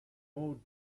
moved